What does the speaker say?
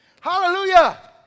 hallelujah